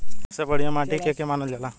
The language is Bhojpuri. सबसे बढ़िया माटी के के मानल जा?